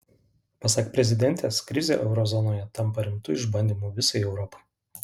pasak prezidentės krizė euro zonoje tampa rimtu išbandymu visai europai